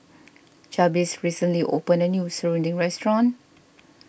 Jabez recently opened a new Serunding restaurant